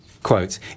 Quote